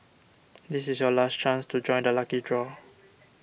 this is your last chance to join the lucky draw